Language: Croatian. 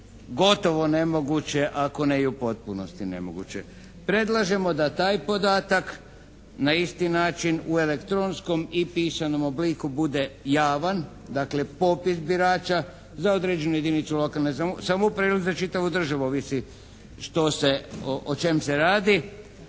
gotovo nemoguće ako ne i u potpunosti nemoguće. Predlažemo da taj podatak na isti način u elektronskom i pisanom obliku bude javan, dakle popis birača za određenu jedinicu lokalne samouprave ili za čitavu državu, ovisi što se, o čem se radi.